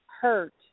hurt